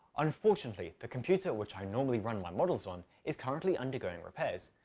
unfortunately, the computer which i normally run my models on is currently undergoing repairs,